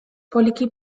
poliki